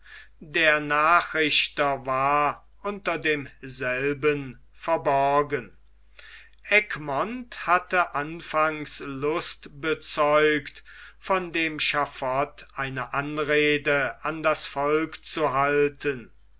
der nachrichter war unter demselben verborgen egmont hatte anfangs lust bezeigt von dem schaffot eine anrede an das volk zu halten